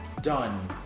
done